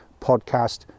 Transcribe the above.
podcast